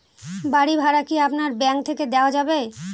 বাড়ী ভাড়া কি আপনার ব্যাঙ্ক থেকে দেওয়া যাবে?